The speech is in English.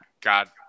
god